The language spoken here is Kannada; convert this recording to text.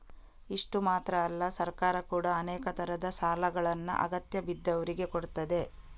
ಇಷ್ಟು ಮಾತ್ರ ಅಲ್ಲ ಸರ್ಕಾರ ಕೂಡಾ ಅನೇಕ ತರದ ಸಾಲಗಳನ್ನ ಅಗತ್ಯ ಬಿದ್ದವ್ರಿಗೆ ಕೊಡ್ತದೆ